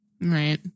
right